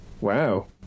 Wow